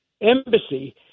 embassy